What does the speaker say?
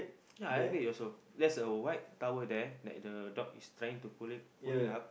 ya I have it also there's a white towel there that the dog is trying to pull it pull it up